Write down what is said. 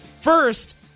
First